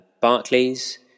Barclays